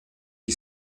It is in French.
qui